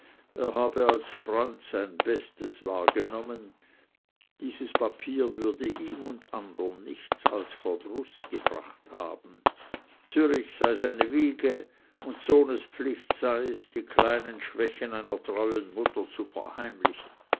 er habe als freund sein bestes wahrgenommen dies papier würde ihm und andern nichts als verdruß gebracht haben zürich sei seine wiege und sohnespflicht sei's die kleinen schwächen einer treuen mutter zu verheimlichen